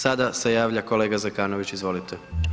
Sada se javlja kolega Zekanović, izvolite.